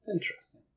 Interesting